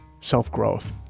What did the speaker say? self-growth